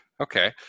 okay